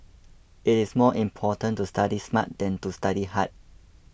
it is more important to study smart than to study hard